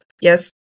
Yes